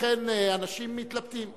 לכן, אנשים מתלבטים.